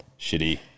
shitty